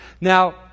Now